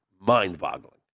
mind-boggling